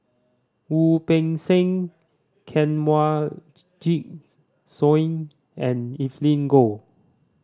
Wu Peng Seng Kanwaljit Soin and Evelyn Goh